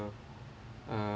uh